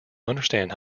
understand